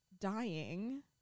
dying